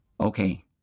Okay